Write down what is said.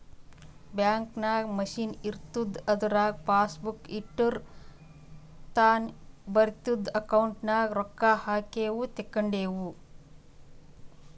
bank ನಾಗ್ machine ಇರ್ತುದ್ ಅದುರಾಗ್ ಪಾಸಬುಕ್ ಇಟ್ಟುರ್ ತಾನೇ ಬರಿತುದ್ ಅಕೌಂಟ್ ನಾಗ್ ರೊಕ್ಕಾ ಹಾಕಿವು ತೇಕೊಂಡಿವು